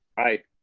aye.